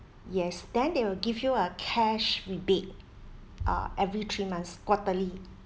yes then they will give you a cash rebate uh every three months quarterly